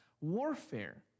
warfare